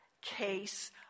case